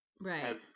right